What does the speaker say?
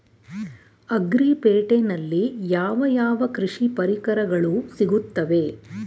Agri ಪೇಟೆನಲ್ಲಿ ಯಾವ ಯಾವ ಕೃಷಿ ಪರಿಕರಗಳು ಸಿಗುತ್ತವೆ?